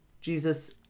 Jesus